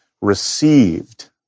received